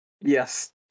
Yes